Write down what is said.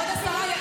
כבוד השרה.